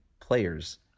players